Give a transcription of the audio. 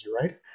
right